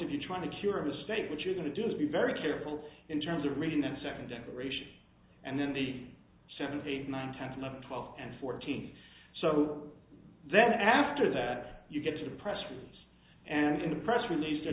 if you're trying to cure a mistake what you're going to do is be very careful in terms of reading that second declaration and then the seventy nine ten eleven twelve and fourteen so then after that you get to the press release and in the press release they're